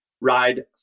ride